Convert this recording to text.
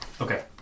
Okay